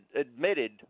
admitted